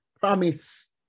promise